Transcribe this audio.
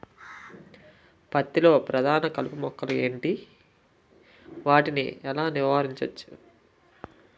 పత్తి లో ప్రధాన కలుపు మొక్కలు ఎంటి? వాటిని ఎలా నీవారించచ్చు?